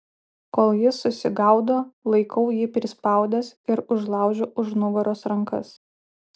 kol jis susigaudo laikau jį prispaudęs ir užlaužiu už nugaros rankas